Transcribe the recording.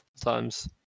times